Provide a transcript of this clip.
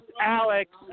Alex